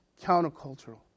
countercultural